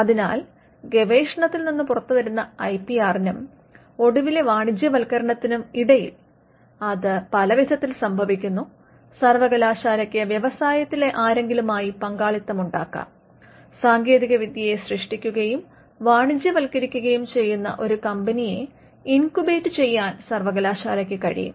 അതിനാൽ ഗവേഷണത്തിൽ നിന്ന് പുറത്തുവരുന്ന ഐപിആറിനും ഒടുവിലെ വാണിജ്യവൽക്കരണത്തിനും ഇടയിൽ അത് പല വിധത്തിൽ സംഭവിക്കുന്നു സർവ്വകലാശാലയ്ക്ക് വ്യവസായത്തിലെ ആരെങ്കിലുമായി പങ്കാളിത്തം ഉണ്ടാക്കാം സാങ്കേതിക വിദ്യയെ സൃഷ്ടിക്കുകയും വാണിജ്യവത്കരിക്കുകയും ചെയ്യുന്ന ഒരു കമ്പനിയെ ഇൻകുബേറ്റ് ചെയ്യാൻ സർവ്വകലാശാലയ്ക്ക് കഴിയും